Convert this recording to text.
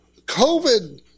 COVID